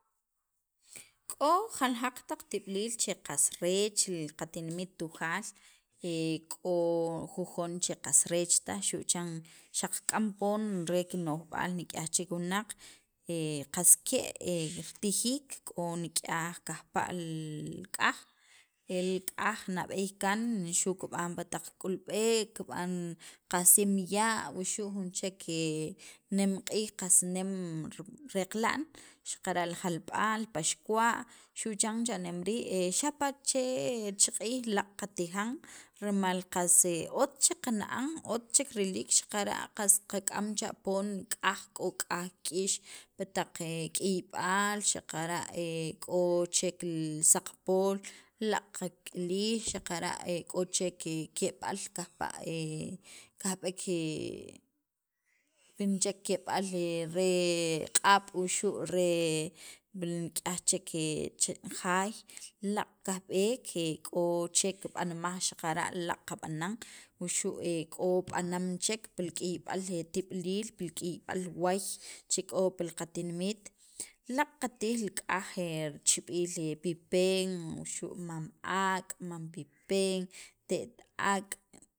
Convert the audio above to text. k'o jaljaq taq tib'iliil che qas reech li qatinimit Tujaal k'o jujon che qas reech taj xu' chan xaq k'am poon re qano'jb'aal re jun chek wunaq qas ke' ritijiik k'o nik'yaj kajpa' li k'aj, el k'aj nab'eey kaan xu' kib'an pi taq k'ulb'ek, kasim ya' wuxu' jun chek nemq'iij, qas nem reqla'n xaqara' li jalb'al, paxkuwa' xu' chan cha'nem rii' xapa' chech q'iij laaq' qatijan rimal qas otz chek qana'an otz chek riliik, qas qak'am cha poon k'aj, k'o k'aj kik'iyix pi taq k'iyb'al xaqara' k'o chek li saqpool laaq' qak'ilij k'o chek ke'b'al kajpa' kajb'eek pi junchek ke'b'al re q'ab' pi jun chek ke'b'al re q'ab' wuxu' re pil nik'yaj chek jaay, laaq' kajb'eek k'o chek b'anmaj xaqara' laaq' qab'anan wuxu' k'o b'anam chek pi k'iyb'al tib'iliil pi li k'iyb'al waay che k'o pi li qatinimit laaq' qatij li k'aj richib'iil pi pen wuxu' mam ak', mam pipen te't ak'.